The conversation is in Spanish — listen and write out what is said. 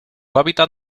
hábitat